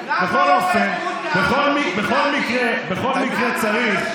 למה לא, להקשיב לאביר, בכל מקרה צריך,